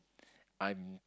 I'm